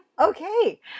okay